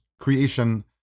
creation